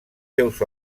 seus